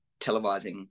televising